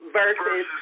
versus